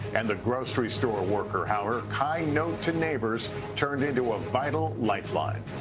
and the grocery store worker, how her kind note to neighbors turned into a vital lifeline.